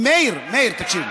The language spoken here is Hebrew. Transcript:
מאיר, מאיר, תקשיב.